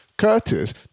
Curtis